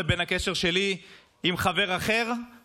לבין הקשר שלי עם חבר אחר,